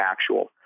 actual